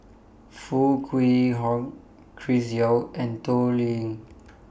Foo Kwee Horng Chris Yeo and Toh Liying